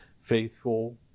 faithful